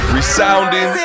Resounding